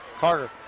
Carter